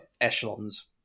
echelons